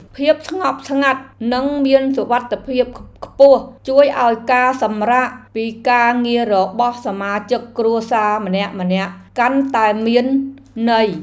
ភាពស្ងប់ស្ងាត់និងមានសុវត្ថិភាពខ្ពស់ជួយឱ្យការសម្រាកពីការងាររបស់សមាជិកគ្រួសារម្នាក់ៗកាន់តែមានន័យ។